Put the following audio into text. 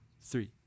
three